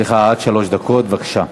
יש לך עד שלוש דקות, בבקשה.